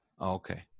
Okay